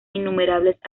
innumerables